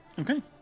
Okay